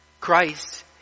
Christ